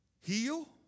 heal